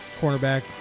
cornerback